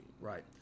right